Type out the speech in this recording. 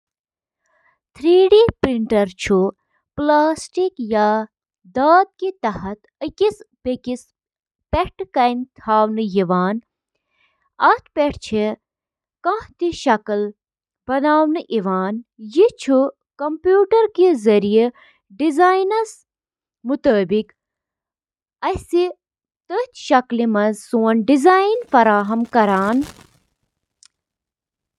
اکھ ٹوسٹر چُھ گرمی پٲدٕ کرنہٕ خٲطرٕ بجلی ہنٛد استعمال کران یُس روٹی ٹوسٹس منٛز براؤن چُھ کران۔ ٹوسٹر اوون چِھ برقی کرنٹ سۭتۍ کوائلن ہنٛد ذریعہٕ تیار گژھن وٲل انفراریڈ تابکٲری ہنٛد استعمال کٔرتھ کھین بناوان۔